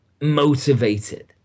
motivated